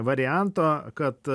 varianto kad